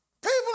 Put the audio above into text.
People